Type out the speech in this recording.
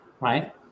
right